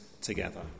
together